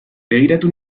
begiratu